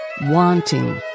Wanting